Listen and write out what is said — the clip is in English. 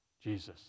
Jesus